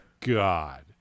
God